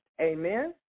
Amen